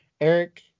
Eric